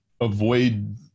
avoid